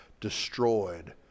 destroyed